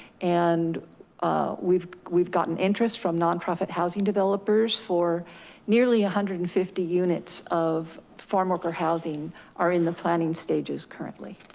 and ah we've we've gotten interest from nonprofit housing developers for nearly one ah hundred and fifty units of farm worker housing are in the planning stages currently.